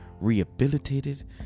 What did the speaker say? rehabilitated